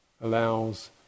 allows